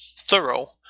thorough